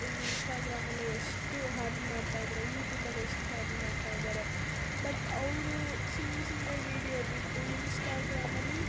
ಈಗ ಇನ್ಸ್ಟಾಗ್ರಾಮಲ್ಲಿ ಎಷ್ಟು ಹರ್ನ್ ಮಾಡ್ತಾ ಇದ್ದಾರೆ ಯೂಟೂಬಲ್ಲಿ ಎಷ್ಟು ಹರ್ನ್ ಮಾಡ್ತಾ ಇದ್ದಾರೆ ಬಟ್ ಅವರು ಸುಮ್ಮ ಸುಮ್ಮನೆ ವೀಡಿಯೋ ಬಿಟ್ಟು ಇನ್ಸ್ಟಾಗ್ರಾಮಲ್ಲಿ